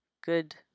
good